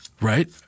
Right